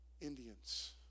Indians